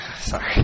sorry